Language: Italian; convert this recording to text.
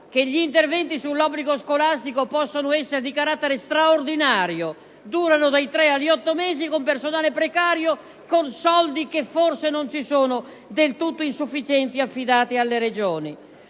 che gli interventi sull'obbligo scolastico possano essere di carattere straordinario, durando dai 3 agli 8 mesi con personale precario con soldi (che forse non ci sono) del tutto insufficienti ed affidati alle Regioni.